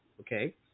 Okay